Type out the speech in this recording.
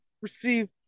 receive